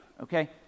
okay